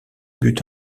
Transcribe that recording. buts